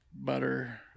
butter